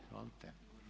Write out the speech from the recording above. Izvolite.